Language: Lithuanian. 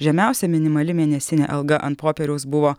žemiausia minimali mėnesinė alga ant popieriaus buvo